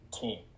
team